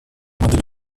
модель